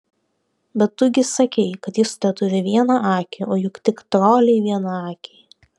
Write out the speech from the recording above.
bet tu gi sakei kad jis teturi vieną akį o juk tik troliai vienakiai